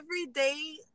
everyday